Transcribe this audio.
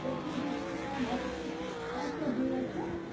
تُہۍ کٔرِو کٲم اَز اَز کیٛاہ ڈیٹ چھُ